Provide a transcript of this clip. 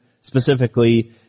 specifically